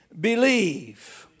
believe